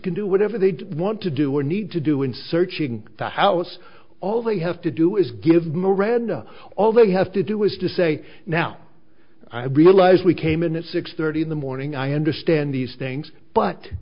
can do whatever they want to do or need to do in searching the house all they have to do is give miranda all they have to do is to say now i realize we came in at six thirty in the morning i understand these things but